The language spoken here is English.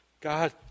God